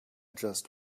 just